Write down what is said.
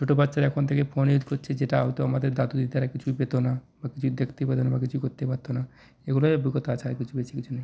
ছোটো বাচ্চারা এখন থেকে ফোনে করছে যেটা হয়তো আমাদের দাদু দিদারা কিছুই পেতো না বা কিছু দেখতে পেতো না বা কিছু করতে পারতো না এগুলোই অভিজ্ঞতা আছে আর কিছু বেশী কিছু নেই